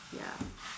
ya